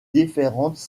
différentes